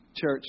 church